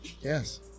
Yes